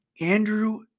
Andrew